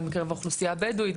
גם בקרב האוכלוסייה הבדואית,